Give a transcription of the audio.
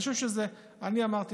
אבי,